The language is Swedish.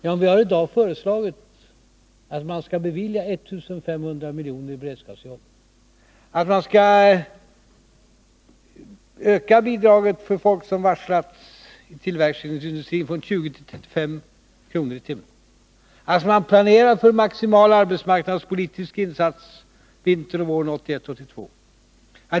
Jo, vi har i dag föreslagit att man skall bevilja 1 500 miljoner i beredskapsarbeten, att man skall öka bidraget till dem som varslats om uppsägning i tillverkningsindustrin från 20 till 35 kr. i timmen, att man planerar för en maximal arbetsmarknadspolitisk insats vintern och våren 1981/82.